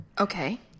Okay